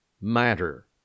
matter